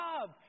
love